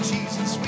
Jesus